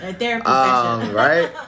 right